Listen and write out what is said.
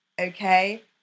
okay